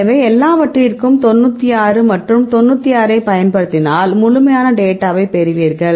எனவே எல்லாவற்றிற்கும் 96 மற்றும் 96 ஐப் பயன்படுத்தினால் முழுமையான டேட்டாவை பெறுவீர்கள்